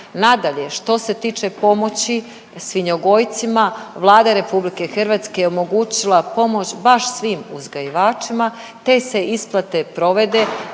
Nadalje, što se tiče pomoći svinjogojcima, Vlada RH je omogućila pomoć baš svim uzgajivačima te se isplate provede